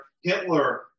Hitler